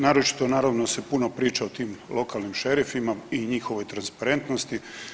Naročito naravno se puno priča o tim lokalnim šerifima i njihovoj transparentnosti.